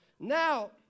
Now